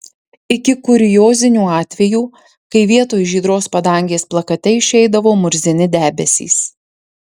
iki kuriozinių atvejų kai vietoj žydros padangės plakate išeidavo murzini debesys